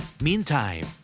Meantime